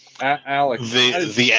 Alex